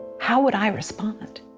how would i respond?